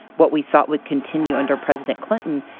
what we thought would continue under president clinton,